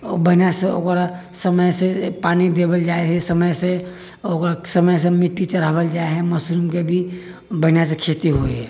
ओ बनिहा से ओकरा समय से पानि देल जाइ है समय से ओकरा समय से मिट्टी चढ़ाबल जाइ है मशरूम के भी बढ़िऑं से खीचते हुए